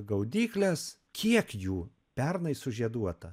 gaudykles kiek jų pernai sužieduota